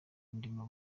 ndimo